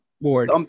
board